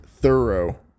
thorough